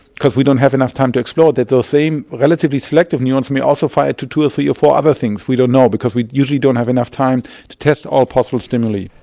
because we don't have enough time to explore that, those same relatively selective neurons may also fire to two, three or four other things. we don't know because we usually don't have enough time to test all possible stimuli.